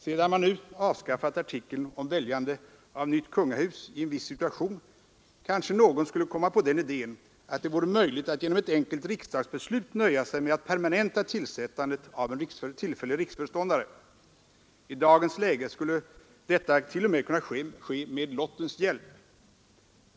Sedan man nu avskaffat artikeln om väljande av nytt kungahus i en viss situation, kanske någon skulle komma på den idén att det vore möjligt att genom ett enkelt riksdagsbeslut nöja sig med att permanenta tillsättandet av en tillfällig riksföreståndare. I dagens läge skulle detta t.o.m. kunna ske med lottens hjälp!